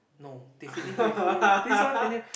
no they finish already see this one finish